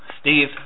Steve